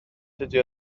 dydy